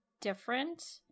different